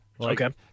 Okay